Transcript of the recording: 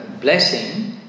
blessing